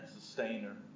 sustainer